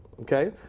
okay